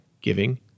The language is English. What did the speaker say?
giving